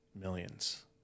millions